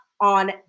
on